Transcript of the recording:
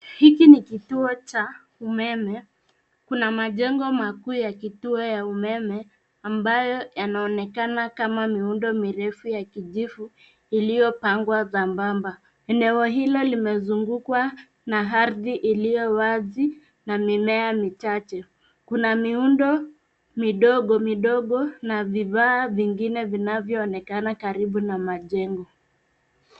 Hiki ni kituo cha umeme. Kuna majengo makuu ya kituo ya umeme ambayo yanaonekana kama miundo mirefu ya kijivu iliyopangwa sambamba. Eneo hilo limezungukwa na ardhi ilio wazi na mimea michache. Kuna miundo midogo midogo na vifaa vingine vinavyoonekana karibu na majengo.